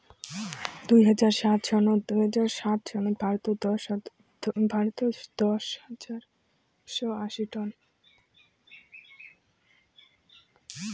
দুই হাজার সাত সনত ভারতত দশ হাজার একশও আশি মেট্রিক টন কোকো উৎপাদন হয়া আছিল